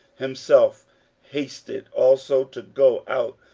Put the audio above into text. himself hasted also to go out,